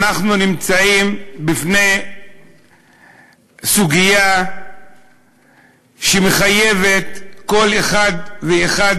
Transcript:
אנחנו נמצאים בפני סוגיה שמחייבת כל אחד ואחד